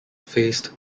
faced